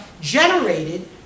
generated